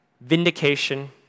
vindication